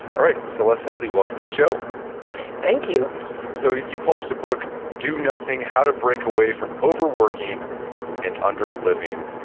alright, celeste headlee welcome to the show thank you so you published a book do nothing how to break away from overworking and underliving.